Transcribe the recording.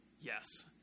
Yes